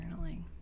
journaling